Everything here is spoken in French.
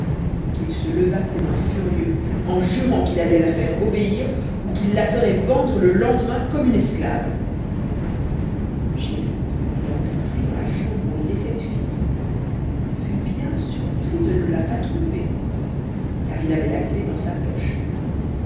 qu'il se leva comme un furieux en jurant qu'il allait la faire obéir ou qu'il la ferait vendre le lendemain comme une esclave chéri étant entré dans la chambre où était cette fille fut bien surpris de ne la pas trouver car il avait la clef dans sa poche